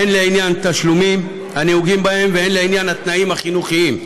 הן לעניין התשלומים הנהוגים בהם והן לעניין התנאים החינוכיים,